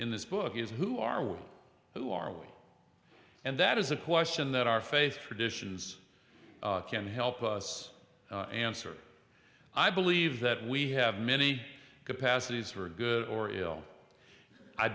in this book is who are women who are we and that is a question that our faith traditions can help us answer i believe that we have many capacities for good or ill i